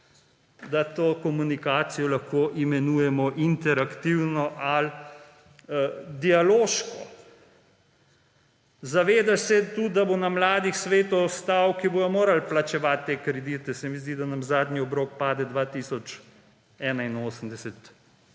da to komunikacijo lahko imenujemo interaktivno ali dialoško. Zavedaš se tudi, da bo na mladih svet ostal, ki bodo morali plačevati te kredite. Se mi zdi, da nam zadnji obrok državnega